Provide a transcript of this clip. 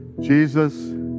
Jesus